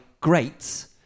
greats